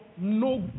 no